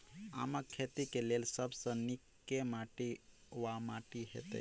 आमक खेती केँ लेल सब सऽ नीक केँ माटि वा माटि हेतै?